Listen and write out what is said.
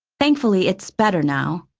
thankfully, it's better now.